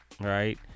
right